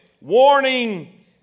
warning